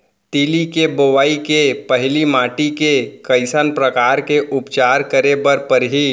तिलि के बोआई के पहिली माटी के कइसन प्रकार के उपचार करे बर परही?